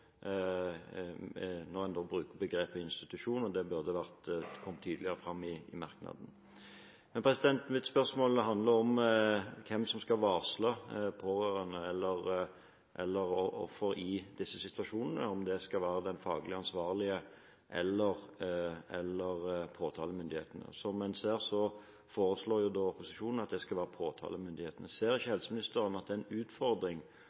og det burde ha kommet tydeligere fram i merknaden. Men mitt spørsmål handler om hvem som skal varsle pårørende eller offeret i disse situasjonene, om det skal være den faglig ansvarlige eller påtalemyndighetene. Som en ser, foreslår opposisjonen at det skal være påtalemyndighetene. Ser ikke helseministeren at det er en utfordring